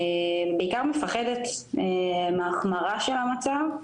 בעיקר מפחדת מההחמרה של המצב,